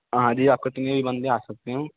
हाँ जी आप कितने भी बंदे आ सकते हो